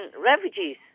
refugees